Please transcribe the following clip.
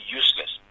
useless